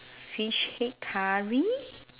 fish head curry